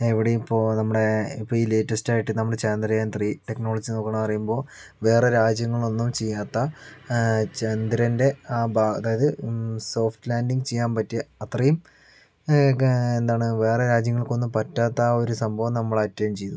എവിടെയും ഇപ്പോൾ നമ്മുടെ ഇപ്പോൾ ഈ ലേറ്റസ്റ്റ് ആയിട്ട് നമ്മുടെ ചന്ദ്രയാൻ ത്രീ ടെക്നോളജി നോക്കുകയാണെന്ന് പറയുമ്പോൾ വേറെ രാജ്യങ്ങൾ ഒന്നും ചെയ്യാത്ത ചന്ദ്രൻ്റെ ആ ഭാഗ അതായത് സോഫ്റ്റ് ലാൻഡിംഗ് ചെയ്യാൻ പറ്റിയ അത്രയും എന്താണ് വേറെ രാജ്യങ്ങൾക്ക് ഒന്നും പറ്റാത്ത ആ ഒരു സംഭവം നമ്മൾ അറ്റെയിൻ ചെയ്തു